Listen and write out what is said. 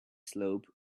slope